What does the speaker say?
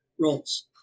roles